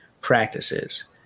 practices